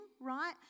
right